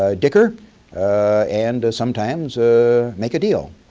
ah dicker and sometimes ah make a deal.